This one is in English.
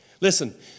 Listen